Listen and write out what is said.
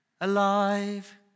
alive